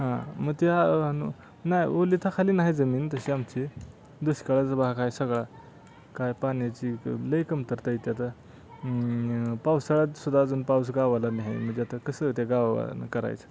हां मग त्या नाय ओलिताखाली नाही जमीन तशी आमची दुष्काळाचा भाग आहे सगळा काय पाण्याची लई कमतरता आहे आता पावसाळ्यात सुद्धा अजून पाऊस गावाला नाही म्हणजे आता कसं होत आहे गावा करायचं